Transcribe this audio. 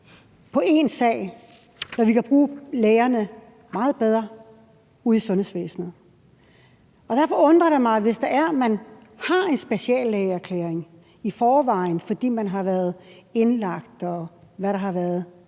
på én sag, når vi kan bruge lægerne meget bedre ude i sundhedsvæsenet. Derfor undrer det mig, at hvis man har en speciallægeerklæring i forvejen, fordi man har været indlagt eller andet